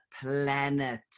planet